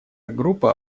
группа